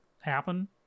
happen